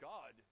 God